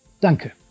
Danke